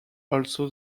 also